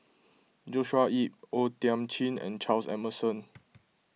Joshua Ip O Thiam Chin and Charles Emmerson